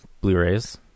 Blu-rays